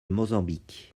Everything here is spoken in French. mozambique